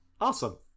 Awesome